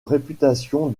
réputation